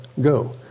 go